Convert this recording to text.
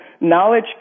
Knowledge